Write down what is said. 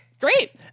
Great